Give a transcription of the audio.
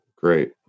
Great